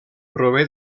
prové